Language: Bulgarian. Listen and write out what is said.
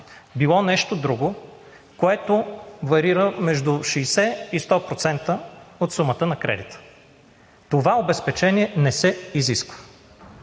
било нещо друго, което варира между 60 и 100% от сумата на кредита. Това обезпечение не се изисква.